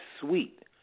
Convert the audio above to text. sweet